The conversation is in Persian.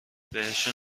بهشون